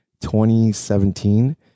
2017